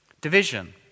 Division